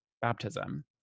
baptism